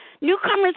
Newcomers